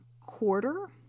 quarter